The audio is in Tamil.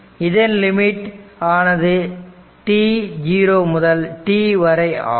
இதன் லிமிட் ஆனது to முதல் t வரை ஆகும்